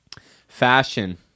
Fashion